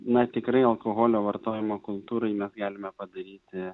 na tikrai alkoholio vartojimo kultūrai mes galime padaryti